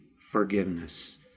forgiveness